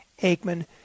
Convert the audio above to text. Aikman